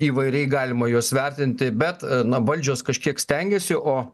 įvairiai galima juos vertinti bet na valdžios kažkiek stengiasi o